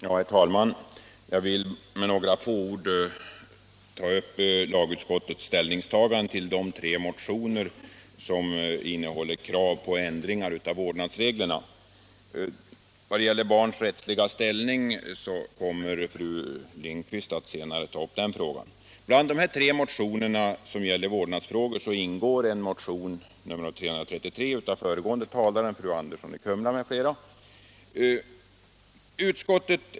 Herr talman! Jag vill med några få ord beröra lagutskottets ställningstagande till de tre motioner vari det yrkas ändringar i vårdnadsreglerna. Frågan om barns rättsliga ställning kommer fru Lindquist senare att ta upp. En av de tre motionerna är motionen 333 av den föregående talaren, fru Andersson i Kumla m.fl. socialdemokrater.